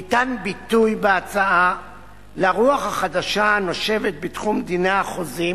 ניתן ביטוי בהצעה לרוח החדשה הנושבת בתחום דיני החוזים